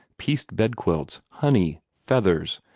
pieced bedquilts, honey, feathers,